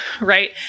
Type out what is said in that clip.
right